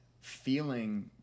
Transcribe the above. Feeling